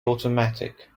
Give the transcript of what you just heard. automatic